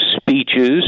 speeches